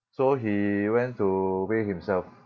so he went to weigh himself